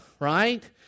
Right